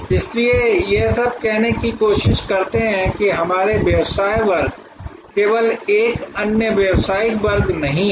इसलिए वे यह कहने की कोशिश करते हैं कि हमारा व्यवसाय वर्ग केवल एक अन्य व्यवसायिक वर्ग नहीं है